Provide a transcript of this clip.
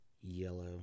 yellow